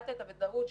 הוודאות,